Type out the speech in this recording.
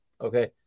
Okay